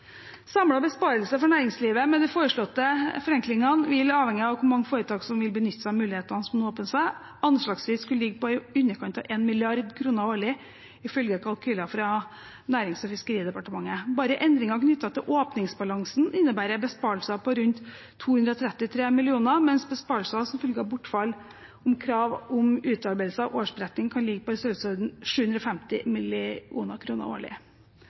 for næringslivet med de foreslåtte forenklingene vil avhenge av hvor mange foretak som vil benytte seg av mulighetene som åpner seg, men vil anslagsvis ligge på i underkant av en milliard kroner årlig, ifølge kalkyler fra Nærings- og fiskeridepartementet. Bare endringer knyttet til åpningsbalansen innebærer besparelser på rundt 233 mill. kr, mens besparelser som følge av bortfall av krav om utarbeidelse av årsberetning kan ligge på i størrelsesorden 750 mill. kr årlig.